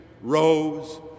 rose